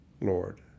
Lord